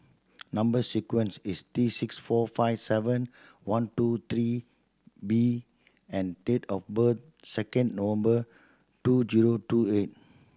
number sequence is T six four five seven one two three B and date of birth second November two zero two eight